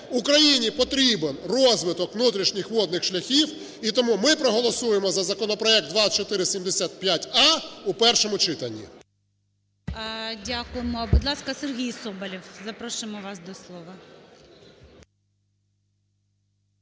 Україні потрібен розвиток внутрішньо водних шляхів. І тому ми проголосуємо за законопроект 2475а у першому читанні. ГОЛОВУЮЧИЙ. Дякуємо. Будь ласка, Сергій Соболєв. Запрошуємо вас до слова.